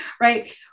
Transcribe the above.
right